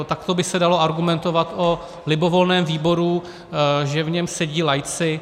Takto by se dalo argumentovat o libovolném výboru, že v něm sedí laici.